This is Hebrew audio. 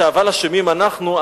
אבל אשמים אנחנו,